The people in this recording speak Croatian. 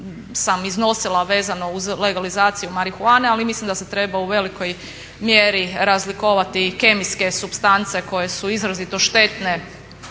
sam iznosila vezano uz legalizaciju marihuane, ali mislim da se treba u velikoj mjeri razlikovati i kemijske supstance koje su izrazito štetne